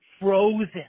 frozen